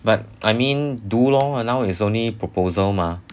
but I mean do lor now is only proposal mah